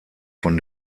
von